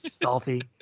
Dolphy